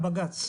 --- נגיע לבג"ץ.